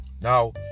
Now